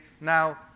Now